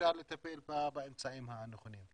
אפשר לטפל באמצעים הנכונים.